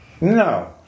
No